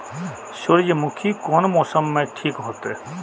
सूर्यमुखी कोन मौसम में ठीक होते?